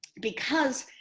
because.